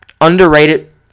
underrated